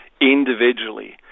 individually